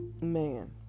man